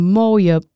mooie